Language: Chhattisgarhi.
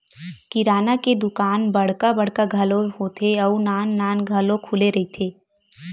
किराना के दुकान बड़का बड़का घलो होथे अउ नान नान घलो खुले रहिथे